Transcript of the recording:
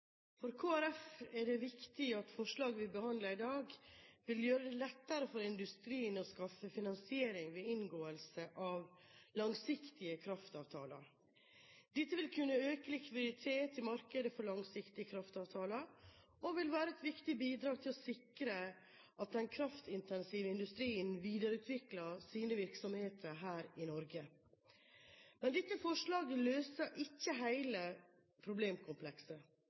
Kristelig Folkeparti er det viktig at forslaget vi behandler i dag, vil gjøre det lettere for industrien å skaffe finansiering ved inngåelse av langsiktige kraftavtaler. Dette vil kunne øke likviditeten i markedet for langsiktige kraftavtaler og vil være et viktig bidrag til å sikre at den kraftintensive industrien videreutvikler sine virksomheter her i Norge. Men dette forslaget løser ikke hele problemkomplekset.